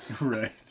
Right